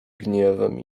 gniewem